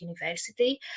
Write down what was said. university